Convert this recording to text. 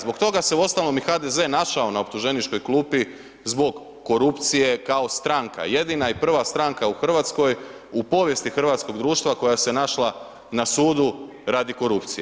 Zbog toga se uostalom i HDZ na optuženičkoj klupi zbog korupcije kao stranka, jedina i prva stranka u Hrvatskoj u povijest hrvatskog društva koja se našla na sudu radi korupcije.